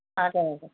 हजुर हजुर